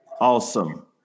Awesome